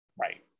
Right